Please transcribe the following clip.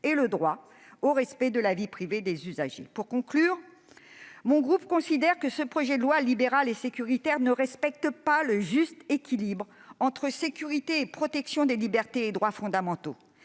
et le droit au respect de la vie privée des usagers. En conclusion, mon groupe considère que ce projet de loi libéral et sécuritaire ne respecte pas le juste équilibre entre sécurité et protection des libertés et droits fondamentaux.